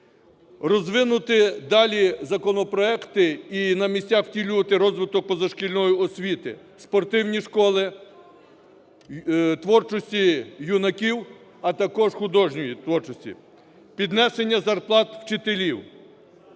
Розвинути далі законопроекти і на місцях втілювати розвиток позашкільної освіти, спортивні школи, творчості юнаків, а також художньої творчості. Піднесення зарплат вчителів